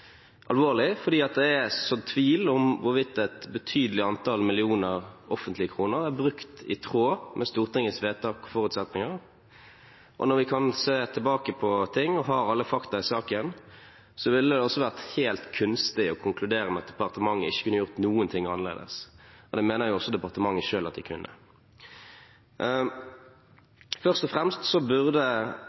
alvorlig fordi det er sådd tvil om hvorvidt et betydelig antall millioner offentlige kroner er brukt i tråd med Stortingets vedtak og forutsetninger. Når vi kan se tilbake på ting og har alle fakta i saken, ville det også vært helt kunstig å konkludere med at departementet ikke kunne gjort noen ting annerledes. Det mener jo også departementet selv at de kunne. Først og fremst burde